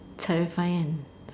terrifying